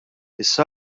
issa